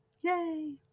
yay